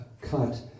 cut